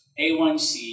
a1c